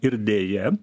ir deja